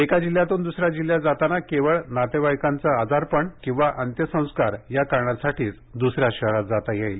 एका जिल्ह्यातून दुसऱ्या जिल्ह्यात जाताना केवळ नातेवाईकांचं आजारपण किंवा अंत्यसंस्कार याकारणांसाठीच दुसऱ्या शहरात जाता येईल